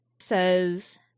says